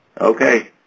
Okay